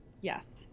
Yes